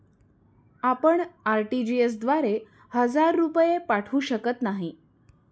आपण आर.टी.जी.एस द्वारे हजार रुपये पाठवू शकत नाही